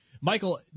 Michael